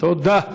תודה.